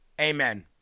Amen